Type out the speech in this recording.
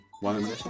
one